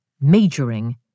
majoring